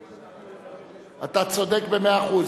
אתה צודק במאה אחוז.